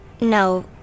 No